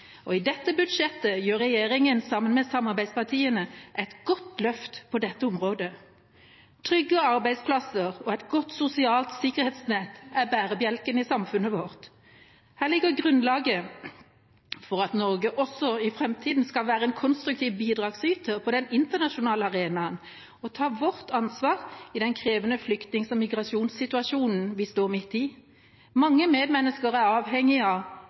Sørlandet. I dette budsjettet gjør regjeringa, sammen med samarbeidspartiene, et godt løft på dette området. Trygge arbeidsplasser og et godt sosialt sikkerhetsnett er bærebjelken i samfunnet vårt. Her ligger grunnlaget for at Norge også i framtida skal kunne være en konstruktiv bidragsyter på den internasjonale arenaen og ta sitt ansvar i den krevende flyktning- og migrasjonssituasjonen vi står midt i. Mange mennesker er avhengig av